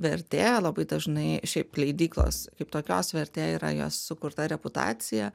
vertė labai dažnai šiaip leidyklos kaip tokios vertė yra jos sukurta reputacija